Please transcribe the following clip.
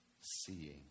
seeing